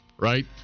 right